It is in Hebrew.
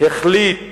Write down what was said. החליט